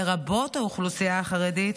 לרבות האוכלוסייה החרדית,